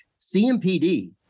CMPD